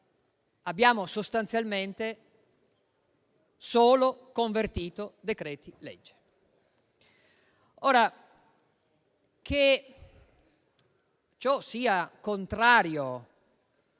abbiamo, sostanzialmente, solo convertito decreti-legge. Che ciò sia contrario ai limiti